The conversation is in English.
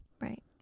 Right